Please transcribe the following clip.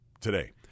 today